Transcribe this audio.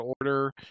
order